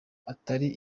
atari